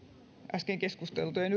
äsken keskusteltiin